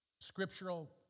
scriptural